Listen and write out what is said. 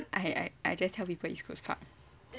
I just tell people east coast park